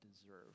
deserve